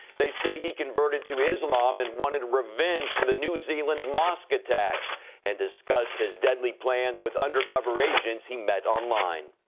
they say he converted to islam and wanted revenge for the new zealand mosque attacks and discussed his deadly plans with undercover agents he met online.